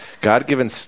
God-given